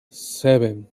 seven